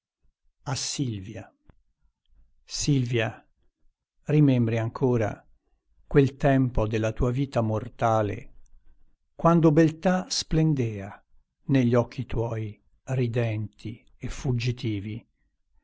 dà silvia rimembri ancora quel tempo della tua vita mortale quando beltà splendea negli occhi tuoi ridenti e fuggitivi